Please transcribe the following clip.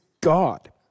God